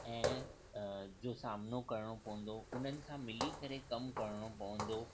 ऐं जो सामिनो करणो पवंदो उन्हनि सां मिली करे कम करणो पवंदो